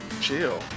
chill